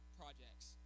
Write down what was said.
projects